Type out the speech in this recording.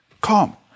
come